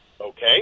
Okay